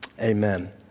amen